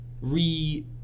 re